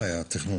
התכנון